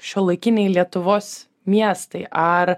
šiuolaikiniai lietuvos miestai ar